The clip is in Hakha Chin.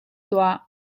tuah